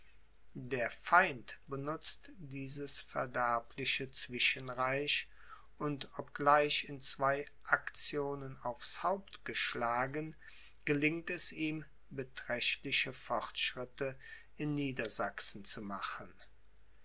der feind benutzt dieses verderbliche zwischenreich und obgleich in zwei aktionen aufs haupt geschlagen gelingt es ihm beträchtliche fortschritte in niedersachsen zu machen